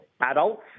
adults